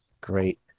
great